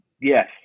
yes